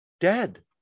dead